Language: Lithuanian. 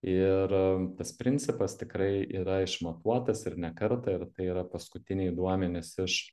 ir tas principas tikrai yra išmatuotas ir ne kartą ir tai yra paskutiniai duomenys iš